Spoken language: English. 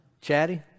chatty